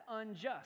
unjust